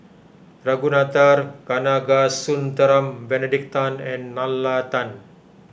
Ragunathar Kanagasuntheram Benedict Tan and Nalla Tan